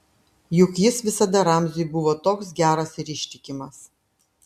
juk jis visada ramziui buvo toks geras ir ištikimas